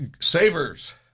Savers